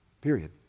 period